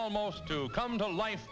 almost to come to life